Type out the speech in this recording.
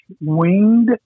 winged